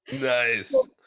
nice